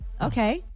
Okay